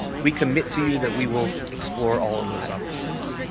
we commit to you that we will explore all of those opportunities.